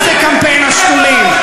מה זה קמפיין "השתולים"?